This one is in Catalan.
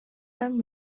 tan